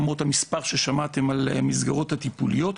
למרות המספר ששמעתם על מסגרות הטיפוליות.